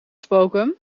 spoken